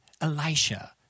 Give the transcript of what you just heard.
Elisha